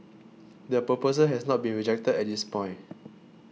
the proposal has not been rejected at this point